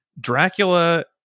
dracula